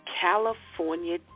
California